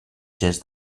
gest